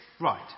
right